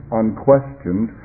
unquestioned